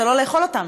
וזה לא לאכול אותם.